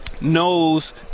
knows